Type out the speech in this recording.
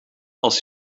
als